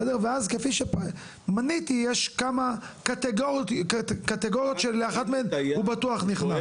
ואז כפי שמניתי יש כמה קטגוריות שלאחת מהן הוא בטוח נכנס.